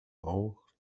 auch